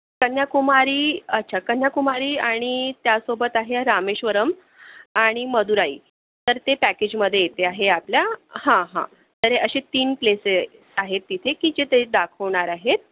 कन्याकुमारी अच्छा कन्याकुमारी आणि त्यासोबत आहे रामेश्वरम आणि मदुराई तर ते पॅकेजमध्ये येते आहे आपल्या हां हां तर असे तीन प्लेसेस आहेत तिथे की जे ते दाखवणार आहेत